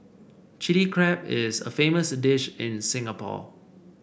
Chilli Crab is a famous dish in Singapore